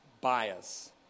bias